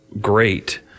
great